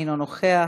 אינו נוכח,